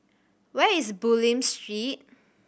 where is Bulim Street